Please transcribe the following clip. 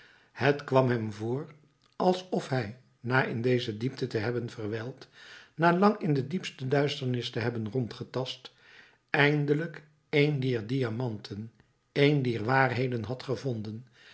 het kwam hem voor alsof hij na in deze diepte te hebben verwijld na lang in de diepste duisternis te hebben rondgetast eindelijk een dier diamanten een dier waarheden had gevonden